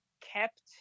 kept